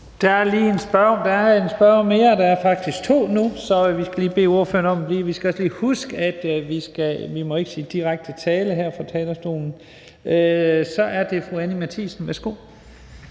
(Leif Lahn Jensen): Der er en spørger mere. Der er faktisk to spørgere mere nu, så vi skal lige bede ordføreren om at blive. Vi skal også lige huske, at vi ikke må bruge direkte tiltale her fra talerstolen. Så er det fru Anni Matthiesen. Værsgo.